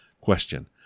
Question